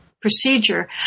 procedure